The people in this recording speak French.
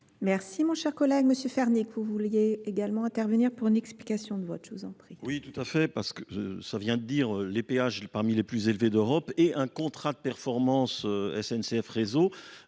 remercie cher collègue monsieur fernie que vous vouliez également intervenir pour une explication de votre je vous en prie que euh ça vient de dire les péages parmi les plus élevés d'europe et un contrat de performance n c f réseau